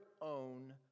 own